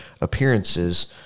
appearances